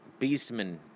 Beastman